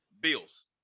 Bills